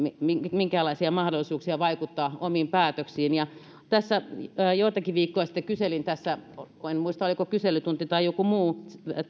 minkäänlaisia mahdollisuuksia vaikuttaa omiin päätöksiin tässä joitakin viikkoja sitten kyselin en muista oliko kyselytunti tai joku muu